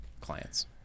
clients